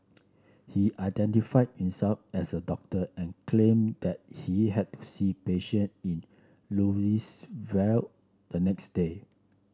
he identified himself as a doctor and claim that he had to see patient in Louisville the next day